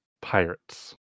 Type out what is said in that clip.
pirates